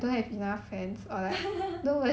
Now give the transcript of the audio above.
!huh!